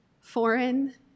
foreign